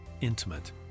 intimate